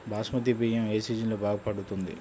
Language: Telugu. బాస్మతి బియ్యం ఏ సీజన్లో బాగా పండుతుంది?